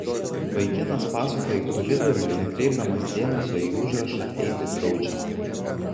vaikinas pasuka į koridorių nekreipdamas dėmesio į užrašą eiti draudžiama